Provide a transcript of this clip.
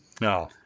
No